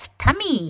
tummy